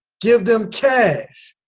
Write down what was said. give them cash.